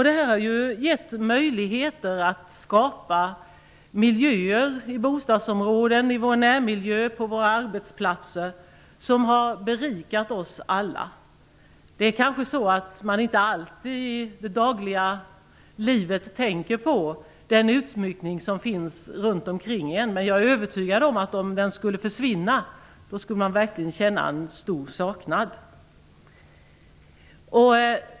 Detta har gett möjligheter att skapa miljöer i bostadsområden, i vår närmiljö och på våra arbetsplatser som har berikat oss alla. Man tänker kanske inte alltid i det dagliga livet tänker på den utsmyckning som finns runt omkring en. Men jag är övertygad om att om den skulle försvinna då skulle man verkligen känna en stor saknad.